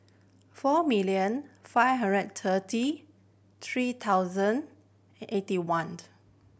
four million five hundred thirty three thousand eighty one